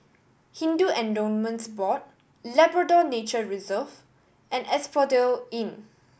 Hindu Endowments Board Labrador Nature Reserve and Asphodel Inn